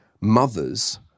mothers